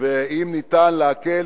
ואם אפשר להקל,